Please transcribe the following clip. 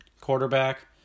quarterback